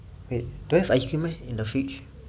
eh don't have ice cream meh in the fridge